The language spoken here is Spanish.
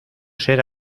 ser